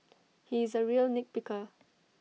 he is A real nit picker